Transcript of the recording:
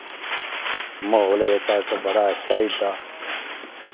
म्हौल ऐ जेह्का इक बड़ा अच्छा होई जंदा